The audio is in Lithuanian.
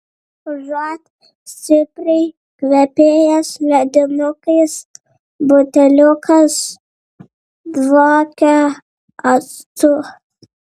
užuot stipriai kvepėjęs ledinukais buteliukas dvokė actu